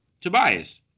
Tobias